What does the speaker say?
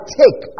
take